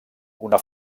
una